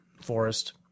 forest